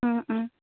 অঁ অঁ